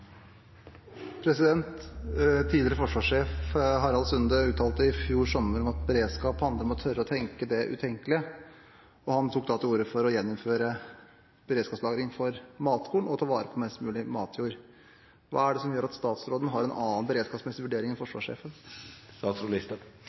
dette. Tidligere forsvarsjef Harald Sunde uttalte i fjor sommer at beredskap handler om å tørre å tenke det utenkelige. Han tok da til orde for å gjeninnføre beredskapslagring for matkorn og å ta vare på mest mulig matjord. Hva er det som gjør at statsråden har en annen beredskapsmessig vurdering enn